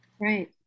right